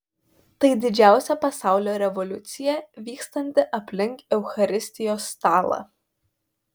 tai didžiausia pasaulio revoliucija vykstanti aplink eucharistijos stalą